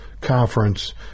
conference